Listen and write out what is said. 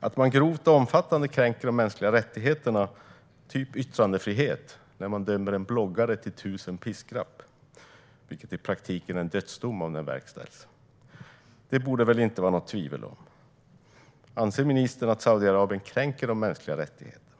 Att man grovt och omfattande kränker de mänskliga rättigheterna, typ yttrandefrihet, när man dömer en bloggare till 1 000 piskrapp - vilket i praktiken är en dödsdom om det verkställs - borde det väl inte vara något tvivel om. Anser ministern att Saudiarabien kränker de mänskliga rättigheterna?